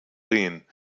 rehn